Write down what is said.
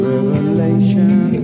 Revelation